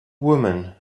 woman